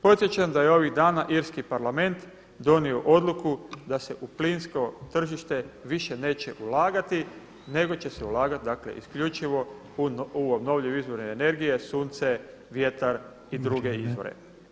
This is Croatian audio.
Podsjećam da je ovih dana irski Parlament donio odluku da se u plinsko tržište više neće ulagati, nego će se ulagati, dakle isključivo u obnovljiv izvor energije, sunce, vjetar i druge izvore.